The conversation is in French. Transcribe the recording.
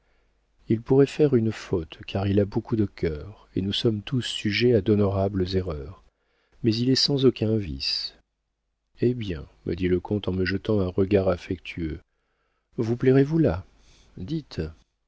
il pourrait faire une faute car il a beaucoup de cœur et nous sommes tous sujets à d'honorables erreurs mais il est sans aucun vice eh bien me dit le comte en me jetant un regard affectueux vous plairez vous là